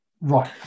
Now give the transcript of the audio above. right